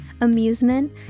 amusement